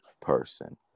person